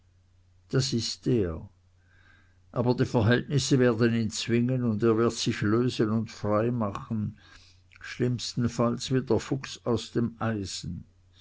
das ist er aber die verhältnisse werden ihn zwingen und er wird sich lösen und frei machen schlimmstenfalls wie der fuchs aus dem eisen